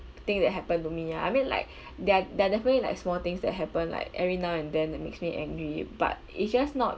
thing that happened to me ah I mean like there are there are definitely like small things that happen like every now and then that makes me angry but it's just not